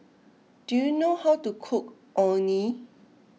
do you know how to cook Orh Nee